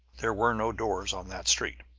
there were no doors on that street.